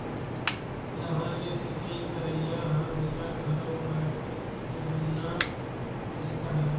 नहर ले सिचई करई ह बिकट घलोक मनखे के जुन्ना तरीका हरय